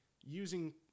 using